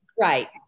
right